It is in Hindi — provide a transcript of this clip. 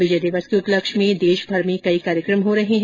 विजय दिवस के उपलक्ष्य में देशभर में कई कार्यक्रम हो रहे हैं